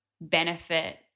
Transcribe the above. benefit